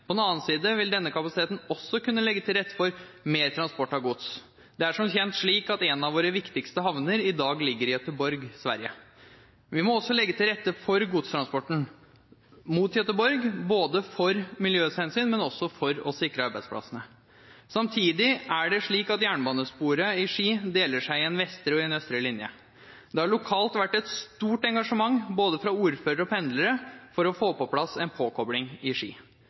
På den annen side vil denne kapasiteten også kunne legge til rette for mer transport av gods. Det er som kjent slik at en av våre viktigste havner i dag ligger i Gøteborg, Sverige. Vi må også legge til rette for godstransporten mot Gøteborg både av miljøhensyn og for å sikre arbeidsplassene. Samtidig er det slik at jernbanesporet i Ski deler seg i en vestre og i en østre linje. Det har lokalt vært et stort engasjement både fra ordførere og pendlere for å få på plass en påkobling i Ski.